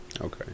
Okay